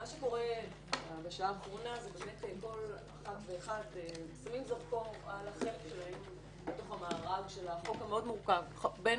מה